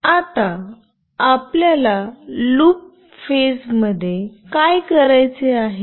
आता आपल्याला loop phase मध्ये काय करायचे आहे